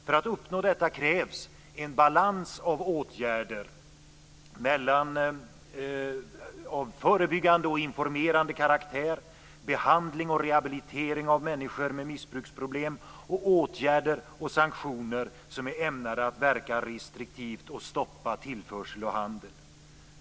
För att uppnå detta krävs en balans av åtgärder av förebyggande och informerande karaktär, behandling och rehabilitering av människor med missbruksproblem samt åtgärder och sanktioner som är ämnade att verka restriktivt och stoppa tillförsel och handel.